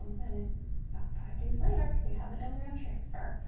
and and about five days later you have an embryo transfer.